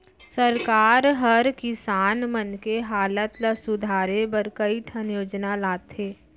सरकार हर किसान मन के हालत ल सुधारे बर कई ठन योजना लाथे